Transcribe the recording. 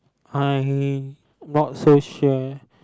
I not so sure